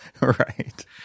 Right